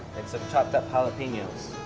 chopped jalapenos.